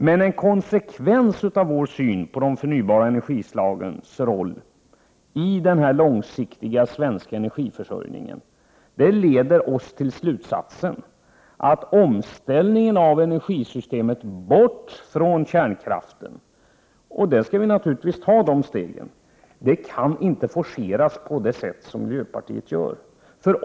Men en konsekvens av vår syn på de förnybara energislagens roll i den långsiktiga svenska energiförsörjningen, leder oss till slutsatsen att omställningen i energisystemet skall vara att ta bort kärnkraften. Vi skall naturligtvis ta de stegen. Det kan inte forceras på det sätt som miljöpartiet vill.